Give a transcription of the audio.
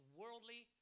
worldly